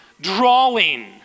drawing